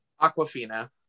Aquafina